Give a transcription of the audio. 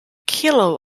kilo